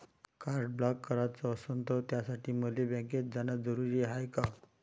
Card block कराच असनं त त्यासाठी मले बँकेत जानं जरुरी हाय का?